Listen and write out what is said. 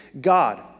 God